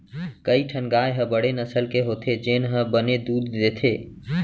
कई ठन गाय ह बड़े नसल के होथे जेन ह बने दूद देथे